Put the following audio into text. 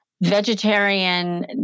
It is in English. Vegetarian